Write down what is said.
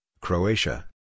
Croatia